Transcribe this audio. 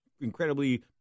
Incredibly